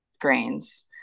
grains